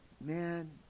man